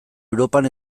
europan